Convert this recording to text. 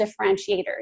differentiators